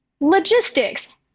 logistics –